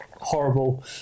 horrible